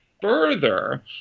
Further